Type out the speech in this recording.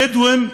הבדואים,